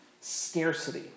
scarcity